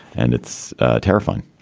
and it's terrifying